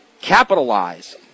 capitalize